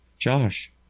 Josh